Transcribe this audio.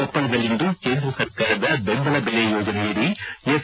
ಕೊಪ್ಪಳದಲ್ಲಿಂದು ಕೇಂದ್ರ ಸರ್ಕಾರದ ಬೆಂಬಲ ಬೆಲೆ ಯೋಜನೆಯಡಿ ಎಫ್